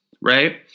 right